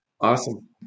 Awesome